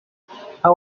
how